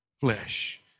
flesh